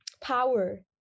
power